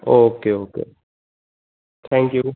okay okay thank you